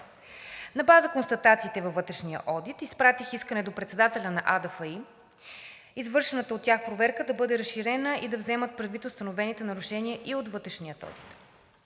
На базата на констатациите във вътрешния одит изпратих искане до председателя на АДФИ извършената от тях проверка да бъде разширена и да вземат предвид установените нарушения и от вътрешния одит.